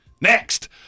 Next